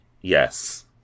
Yes